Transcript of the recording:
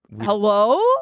hello